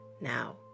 Now